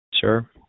sure